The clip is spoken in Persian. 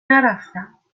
نرفتم